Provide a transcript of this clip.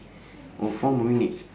oh four minutes